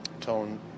tone